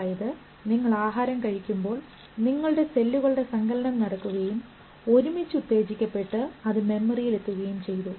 അതായത് നിങ്ങൾ ആഹാരം കഴിക്കുമ്പോൾ നിങ്ങളുടെ സെല്ലുകളുടെ സങ്കലനം നടക്കുകയും ഒരുമിച്ചു ഉത്തേജിക്കപെട്ട് അത് മെമ്മറിയിൽ എത്തുകയും ചെയ്തു